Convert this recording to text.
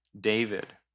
David